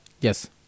Yes